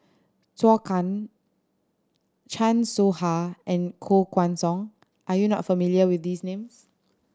Zhou Can Chan Soh Ha and Koh Guan Song are you not familiar with these names